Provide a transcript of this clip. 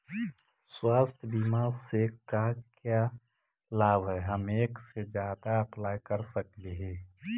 स्वास्थ्य बीमा से का क्या लाभ है हम एक से जादा अप्लाई कर सकली ही?